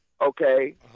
okay